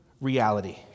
reality